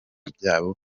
byabo